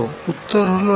উত্তর হল না